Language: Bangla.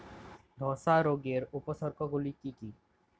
ধসা রোগের উপসর্গগুলি কি কি?